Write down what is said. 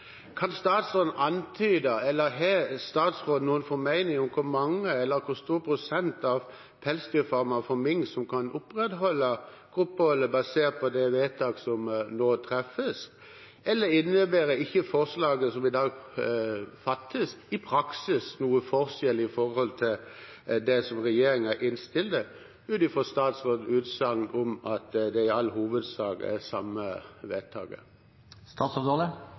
Har statsråden noen formening om hvor mange eller hvor stor prosentandel av pelsfarmene med mink som kan opprettholde gruppeholdet basert på det vedtaket som nå treffes? Eller innebærer ikke forslaget som i dag fattes, i praksis noen forskjell i forhold til det som regjeringen innstiller – ut fra statsrådens utsagn om at det i all hovedsak er det samme vedtaket?